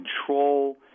control